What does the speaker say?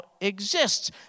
exists